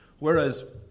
Whereas